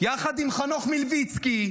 יחד עם חנוך מלביציקי,